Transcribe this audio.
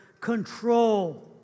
control